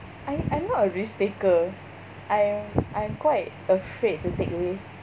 I I'm not a risk taker I'm I'm quite afraid to take risk